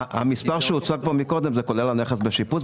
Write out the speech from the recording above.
המספר שהוא עשה פה קודם כולל את הנכס בשיפוץ.